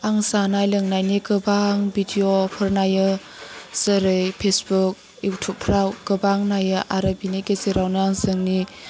आं जानाय लोंनायनि गोबां भिडिअफोर नायो जेरै पेसबुक इउटुबफ्राव गोबां नाइयो आरो बिनि गेजेरावनो आं जोंनि